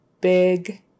big